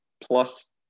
plus